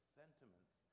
sentiments